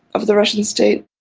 of the russian state.